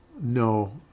No